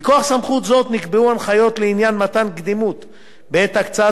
מכוח סמכות זו נקבעו הנחיות לעניין מתן קדימות בעת הקצאת